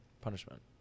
punishment